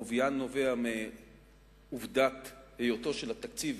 עוביה נובע מעובדת היותו של התקציב